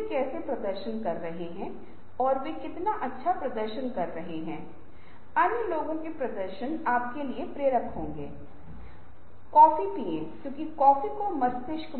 सहायक सॉफ्टवेयर में सहज और उन्नत ग्राफिक्स के साथ सर्वेक्षण संयोजनPooling पूलिंग मतदान Voting वोटिंग और प्रतिक्रियाओं के विश्लेषण के